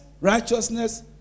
righteousness